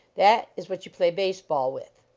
that is what you play base-ball with.